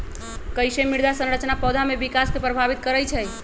कईसे मृदा संरचना पौधा में विकास के प्रभावित करई छई?